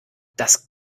das